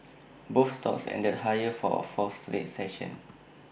both stocks ended higher for A fourth straight session